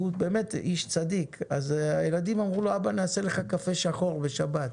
הילדים אמרו לו: אבא, נעשה לך קפה שחור בשבת,